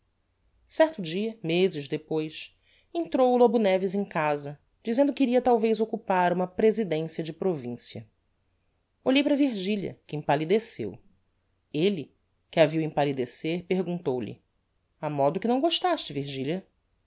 certo dia mezes depois entrou o lobo neves em casa dizendo que iria talvez occupar uma presidencia de provincia olhei para virgilia que empallideceu elle que a viu empallidecer perguntou-lhe a modo que não gostaste virgilia